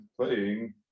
playing